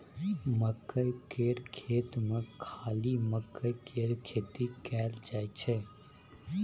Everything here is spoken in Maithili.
मकई केर खेत मे खाली मकईए केर खेती कएल जाई छै